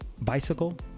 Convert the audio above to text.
bicycle